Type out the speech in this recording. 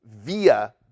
via